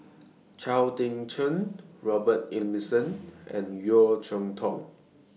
Chao Tzee Cheng Robert Ibbetson and Yeo Cheow Tong